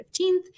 15th